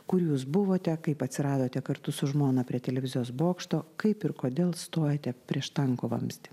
kur jūs buvote kaip atsiradote kartu su žmona prie televizijos bokšto kaip ir kodėl stojote prieš tanko vamzdį